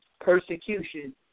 persecution